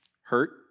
hurt